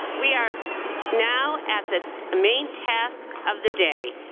we are now at the main task of the day,